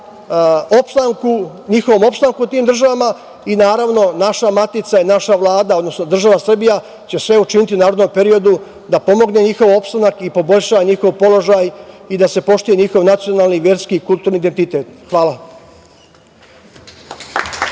opstanku njihovom u tim državama i naravno naša matica, naša Vlada, odnosno država Srbija će sve učiniti u narednom periodu da pomogne njihov opstanak i poboljša njihov položaj i da se poštuje njihov nacionalni i verski i kulturni identitet. Hvala.